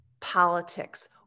politics